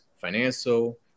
financial